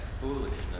foolishness